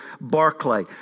Barclay